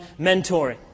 mentoring